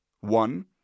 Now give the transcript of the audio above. One